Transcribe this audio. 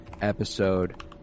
episode